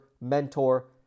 mentor